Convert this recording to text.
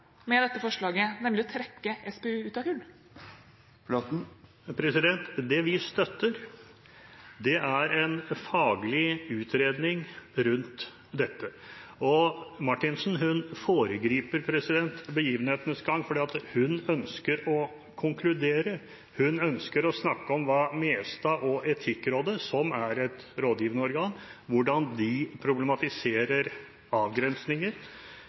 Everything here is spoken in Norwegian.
med dette forslaget, nemlig å trekke SPU ut av kull? Det vi støtter, er en faglig utredning rundt dette. Marthinsen foregriper begivenhetenes gang, for hun ønsker å konkludere. Hun ønsker å snakke om hvordan Mestad og Etikkrådet, som er et rådgivende organ,